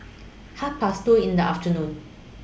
Half Past two in The afternoon